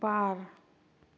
बार